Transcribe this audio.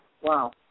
Wow